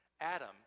Adam